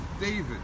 David